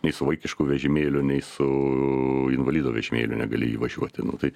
nei su vaikišku vežimėliu nei su invalido vežimėliu negali įvažiuoti nu tai